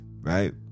right